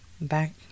back